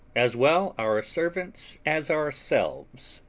as well our servants as ourselves,